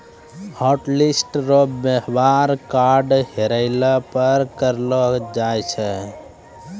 hotlist रो वेवहार card हेरैला पर करलो जाय छै